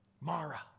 Mara